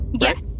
Yes